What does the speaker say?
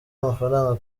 amafaranga